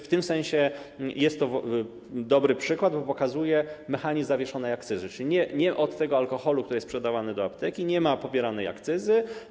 W tym sensie jest to dobry przykład, bo pokazuje mechanizm zawieszonej akcyzy, czyli od tego alkoholu, który jest sprzedawany do apteki, nie ma pobieranej akcyzy.